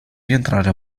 rientrare